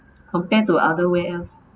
compare to other where else